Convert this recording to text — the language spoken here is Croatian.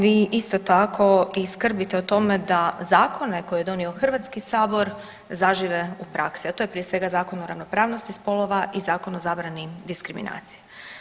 Vi isto tako i skrbite o tome da zakone koje je donio HS zažive u praksi, a to je prije svega Zakon o ravnopravnosti spolova i Zakon o zabrani diskriminacije.